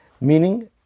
meaning